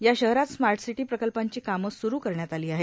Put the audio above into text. या शहरात smart city प्रकल्पांची कामं सुरू करण्यात आली आहेत